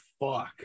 fuck